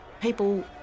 people